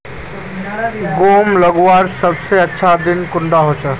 गहुम लगवार सबसे अच्छा दिन कुंडा होचे?